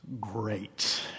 great